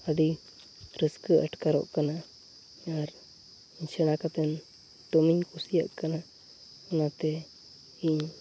ᱟᱹᱰᱤ ᱨᱟᱹᱥᱠᱟᱹ ᱟᱴᱠᱟᱨᱚᱜ ᱠᱟᱱᱟ ᱟᱨ ᱥᱮᱬᱟ ᱠᱟᱛᱮᱱ ᱫᱚᱢᱮᱧ ᱠᱩᱥᱤᱭᱟᱜ ᱠᱟᱱᱟ ᱚᱱᱟᱛᱮ ᱤᱧ